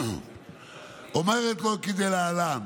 כדלהלן: